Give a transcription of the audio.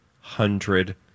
hundred